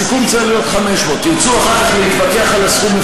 הסיכום צריך להיות 500. ירצו אחר כך להתווכח על הסכום,